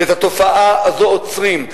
ואת התופעה הזאת עוצרים.